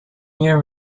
year